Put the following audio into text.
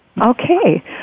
Okay